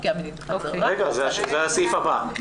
זה הסעיף הבא.